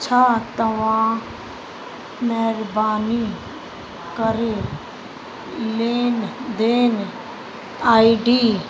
छा तव्हां महिरबानी करे लेन देन आईडी